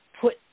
put